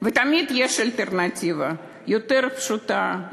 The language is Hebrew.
ותמיד יש אלטרנטיבה יותר פשוטה,